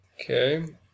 Okay